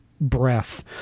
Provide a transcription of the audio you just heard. breath